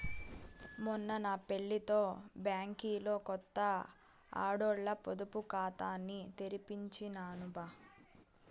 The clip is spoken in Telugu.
మొన్న నా పెళ్లితో బ్యాంకిలో కొత్త ఆడోల్ల పొదుపు కాతాని తెరిపించినాను బా